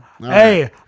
Hey